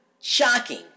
Shocking